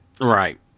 Right